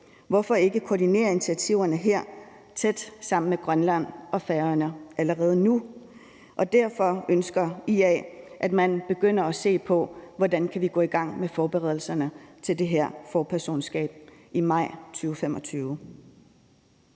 Hvorfor ikke koordinere initiativerne her tæt sammen med Grønland og Færøerne allerede nu? Derfor ønsker IA, at man begynder at se på, hvordan vi kan gå i gang med forberedelserne til det her forpersonskab i maj 2025.